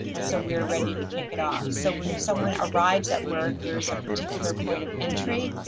and so we're ready to kick it off. so when someone arrives at work, there is a particular point of entry.